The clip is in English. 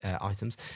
items